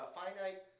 finite